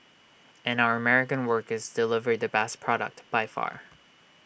and our American workers deliver the best product by far